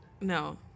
No